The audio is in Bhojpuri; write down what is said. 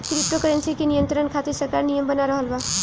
क्रिप्टो करेंसी के नियंत्रण खातिर सरकार नियम बना रहल बा